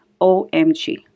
OMG